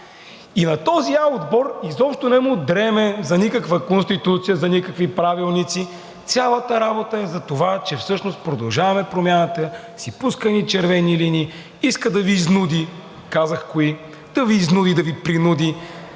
и на този „А“ отбор изобщо не му дреме за никаква Конституция, за никакви правилници. Цялата работа е затова, че всъщност „Продължаваме Промяната“ си пуска едни червени линии, иска да Ви изнуди – казах кои, да Ви принуди